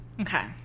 okay